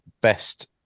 best